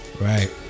right